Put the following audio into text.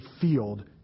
field